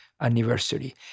anniversary